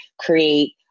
create